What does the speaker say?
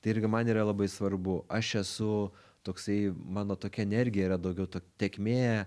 tai irgi man yra labai svarbu aš esu toksai mano tokia energija yra daugiau tėkmė